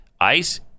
ICE